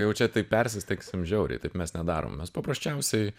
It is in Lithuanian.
jau čia tai persistengsim žiauriai taip mes nedarom mes paprasčiausiai